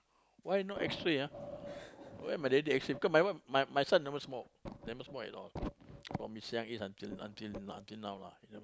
why no X-ray ah why my already X-ray cause my one son never smoke never smoke at all promise young age until until until now lah